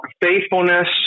faithfulness